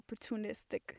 opportunistic